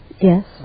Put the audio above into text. yes